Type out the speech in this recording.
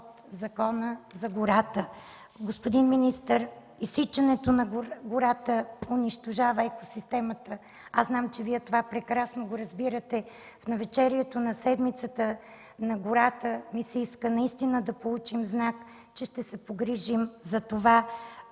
от Закона за горите. Господин министър, изсичането на гората унищожава екосистемата. Зная, че Вие прекрасно разбирате това. В навечерието на Седмицата на гората ми се иска наистина да получим знак, че ще се погрижим да не